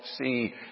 see